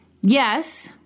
Yes